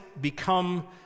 become